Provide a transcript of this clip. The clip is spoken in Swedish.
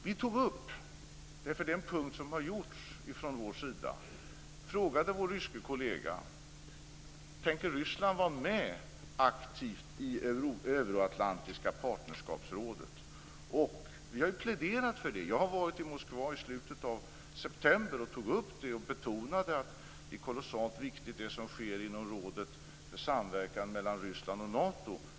Vi frågade vår ryske kollega - för det gäller en punkt som har framhållits från vår sida - om Ryssland tänker vara med aktivt i det euroatlantiska partnerskapsrådet. Vi har ju pläderat för det. Jag var i Moskva i slutet av september. Då tog jag upp detta och betonade att det som sker inom rådet för samverkan mellan Ryssland och Nato är kolossalt viktigt.